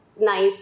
nice